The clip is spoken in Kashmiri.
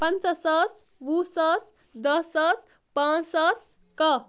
پنژہ ساس وُہ ساس دَہ ساس پانٛژھ ساس کاہ